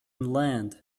land